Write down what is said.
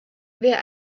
wer